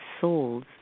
souls